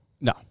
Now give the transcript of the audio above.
No